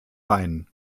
wein